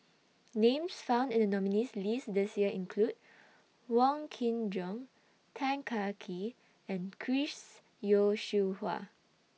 Names found in The nominees' list This Year include Wong Kin Jong Tan Kah Kee and Chris Yeo Siew Hua